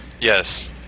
yes